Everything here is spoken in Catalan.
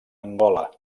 angola